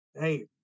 hey